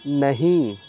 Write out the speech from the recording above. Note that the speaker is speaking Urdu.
نہیں